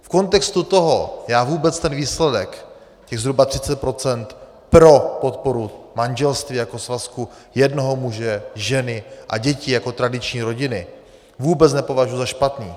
V kontextu toho já vůbec ten výsledek, těch zhruba 30 % pro podporu manželství jako svazku jednoho muže, ženy a dětí jako tradiční rodiny, vůbec nepovažuji za špatný.